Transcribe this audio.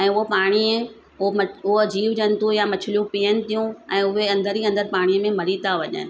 ऐं उहो पाणी उहो म जीव जंतू या मछलियूं पियनि थियूं ऐं उहे अंदरु ई अंदरु पाणी में मरी था वञनि